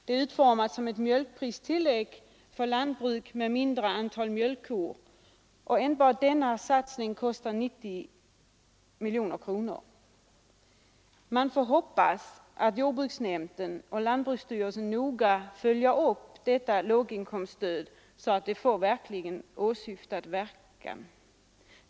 Den utformas som ett mjölkpristillägg för lantbruk med mindre antal mjölkkor. Enbart denna satsning kostar 90 miljoner kronor. Man får hoppas att jordbruksnämnden och lantbruksstyrelsen noga följer upp detta låginkomststöd, så att det får åsyftad verkan.